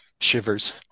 shivers